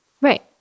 Right